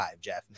Jeff